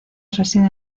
reside